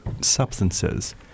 substances